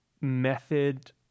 method